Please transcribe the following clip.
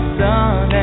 sun